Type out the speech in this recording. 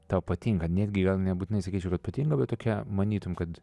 tau patinka netgi nebūtinai sakyčiau kad patinka bet tokia manytum kad